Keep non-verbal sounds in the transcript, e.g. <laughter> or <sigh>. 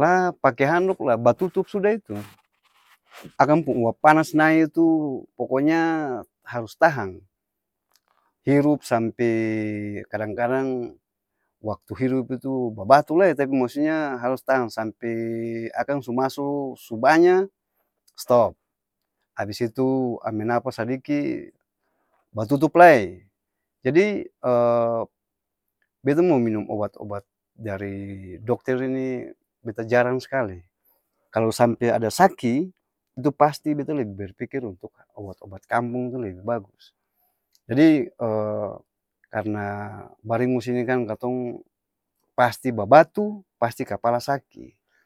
laa pake handok la ba tutup <noise> suda itu <noise> akang pung uap panas nae tu poko nya harus tahang, hirup sampee kadang-kadang waktu hirup itu babatu lai tapi maksudnya harus tahang sampee akang su masoo su banya, stop! Abis itu ambe napas sadiki, ba tutup lae, jadi <hesitation> beta mo minum obat-obat dari dokter ini beta jarang s'kali, kalo sampe ada saki? Itu pasti beta lebi berpikir untuk obat-obat kampung sa lebi bagus, jadi <hesitation> karna baringus ini kan katong, pasti babatu, pasti kapala saki.